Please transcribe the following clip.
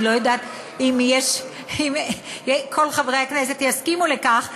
אני לא יודעת אם כל חברי הכנסת יסכימו לכך,